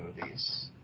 movies